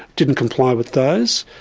didn't comply with those.